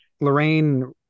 lorraine